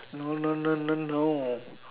no no no no no